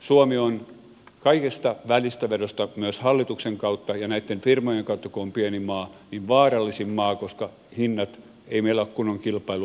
suomi on välistävedon suhteen myös hallituksen kautta ja näitten firmojen kautta kun on pieni maa kaikista vaarallisin maa koska ei meillä ole kunnon kilpailua